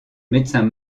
médecin